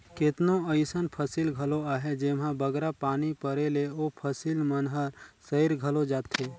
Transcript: केतनो अइसन फसिल घलो अहें जेम्हां बगरा पानी परे ले ओ फसिल मन हर सइर घलो जाथे